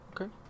Okay